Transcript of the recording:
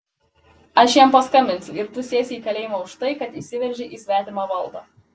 aš jam paskambinsiu ir tu sėsi į kalėjimą už tai kad įsiveržei į svetimą valdą